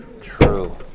True